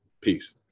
Peace